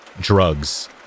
drugs